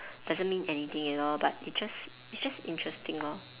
doesn't mean anything at all but it's just it's just interesting